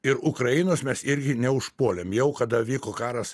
ir ukrainos mes irgi neužpuolėm jau kada vyko karas